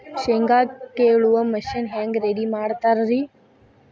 ಶೇಂಗಾ ಕೇಳುವ ಮಿಷನ್ ಹೆಂಗ್ ರೆಡಿ ಮಾಡತಾರ ರಿ?